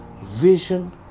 vision